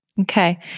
Okay